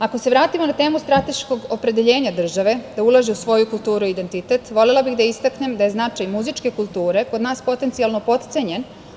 Ako se vratimo na temu strateškog opredeljenja države da ulaže u svoju kulturu i identitet, volela bih da istaknem da je značaj muzičke kulture kod nas potencijalno potcenjen.